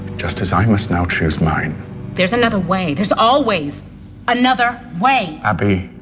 just as i must now choose mine there's another way. there's always another way i'll be